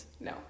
No